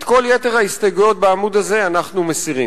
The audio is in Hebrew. את כל יתר ההסתייגויות בעמוד הזה אנחנו מסירים.